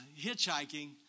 hitchhiking